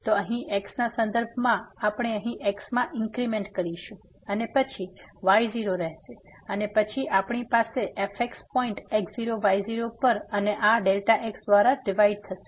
તેથી અહીં x ના સંદર્ભમાં આપણે અહીં x માં ઇન્ક્રીમેન્ટ કરીશું અને પછી y0 રહેશે અને પછી આપણી પાસે fx પોઈન્ટ x0y0 પર અને આ x દ્વારા ડિવાઈડ થશે